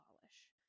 polish